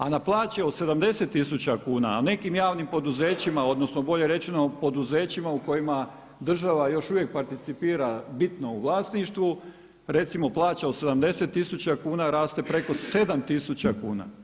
A na plaće od 70 tisuća kuna, a u nekim javnim poduzećima odnosno bolje rečeno poduzećima u kojima država još uvijek participira bitno u vlasništvu, recimo plaća od 70 tisuća kuna raste preko 7 tisuća kuna.